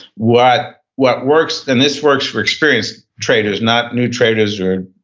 what what works, and this works for experienced traders, not new traders or